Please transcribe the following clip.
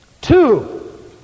Two